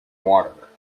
water